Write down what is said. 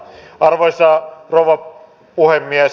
arvoisa rouva puhemies